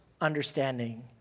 understanding